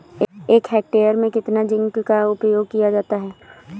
एक हेक्टेयर में कितना जिंक का उपयोग किया जाता है?